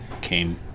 came